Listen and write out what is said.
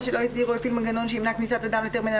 שלא הסדיר או הפעיל מנגנון שימנע כניסת אדם לטרמינל